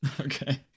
okay